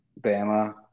Bama